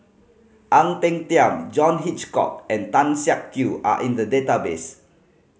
Ang Peng Tiam John Hitchcock and Tan Siak Kew are in the database